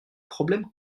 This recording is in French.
problèmes